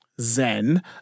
Zen